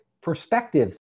perspectives